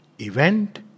event